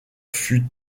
fut